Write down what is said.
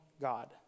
God